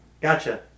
Gotcha